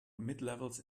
midlevels